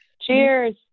Cheers